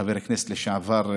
חבר הכנסת לשעבר,